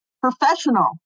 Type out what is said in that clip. professional